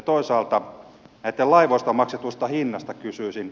toisaalta näistä laivoista maksetusta hinnasta kysyisin